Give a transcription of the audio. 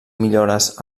millores